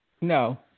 No